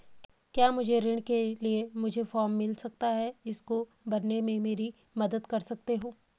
क्या मुझे ऋण के लिए मुझे फार्म मिल सकता है इसको भरने में मेरी मदद कर सकते हो?